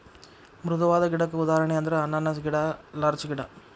ಮೃದುವಾದ ಗಿಡಕ್ಕ ಉದಾಹರಣೆ ಅಂದ್ರ ಅನಾನಸ್ ಗಿಡಾ ಲಾರ್ಚ ಗಿಡಾ